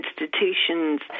institutions